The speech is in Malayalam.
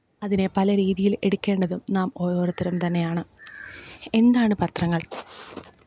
അതിനെ പല രീതിയില് എടുക്കേണ്ടതും നാം ഓരോരുത്തരും തന്നെയാണ് എന്താണ് പത്രങ്ങള്